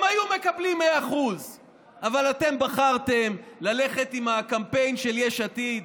הם היו מקבלים 100%. אבל אתם בחרתם ללכת עם הקמפיין של יש עתיד,